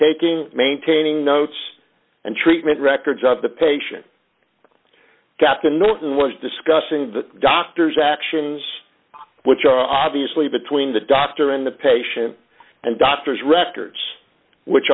taking maintaining notes and treatment records of the patient captain norton was discussing the doctor's actions which are obviously between the doctor and the patient and doctor's records which